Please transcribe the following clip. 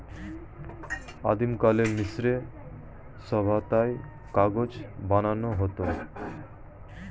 আদিমকালে মিশরীয় সভ্যতায় কাগজ বানানো হতো